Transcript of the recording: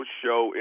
show